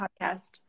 podcast